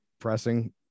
pressing